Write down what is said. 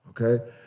okay